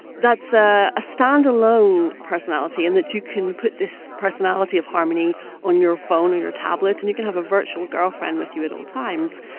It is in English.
that's a ah stand-alone personality in and that you can put this personality of harmony on your phone or your tablet and you can have a virtual girlfriend with you at all times,